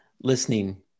listening